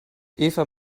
eva